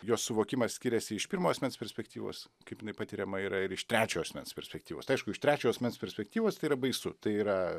jos suvokimas skiriasi iš pirmo asmens perspektyvos kaip jinai patiriama yra ir iš trečio asmens perspektyvos aišku iš trečio asmens perspektyvos tai yra baisu tai yra